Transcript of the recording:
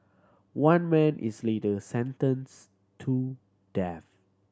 one man is later sentenced to death